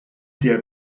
der